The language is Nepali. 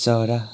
चरा